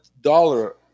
dollar